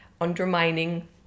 undermining